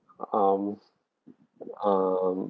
um um